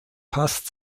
passt